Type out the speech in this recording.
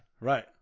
Right